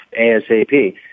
ASAP